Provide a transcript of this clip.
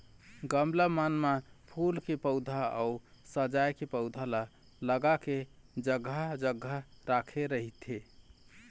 गमला मन म फूल के पउधा अउ सजाय के पउधा ल लगा के जघा जघा राखे रहिथे